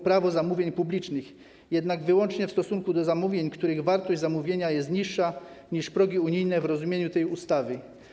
Prawo zamówień publicznych, jednak wyłącznie w stosunku do zamówień, których wartość jest niższa niż progi unijne w rozumieniu tej ustawy.